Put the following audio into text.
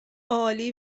عالی